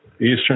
Eastern